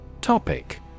Topic